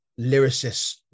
Lyricists